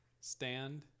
stand